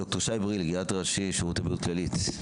ד"ר שי בריל, גריאטר ראשי, שירותי בריאות כללית.